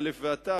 מא' ועד ת',